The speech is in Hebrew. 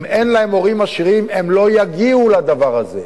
אם אין להם הורים עשירים הם לא יגיעו לדבר הזה.